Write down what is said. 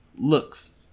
looks